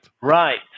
Right